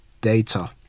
data